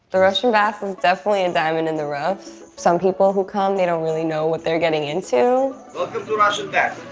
the russian bath is definitely a and diamond in the rough. some people who come, they don't really know what they're getting into. welcome to russian bath.